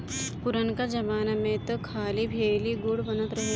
पुरनका जमाना में तअ खाली भेली, गुड़ बनत रहे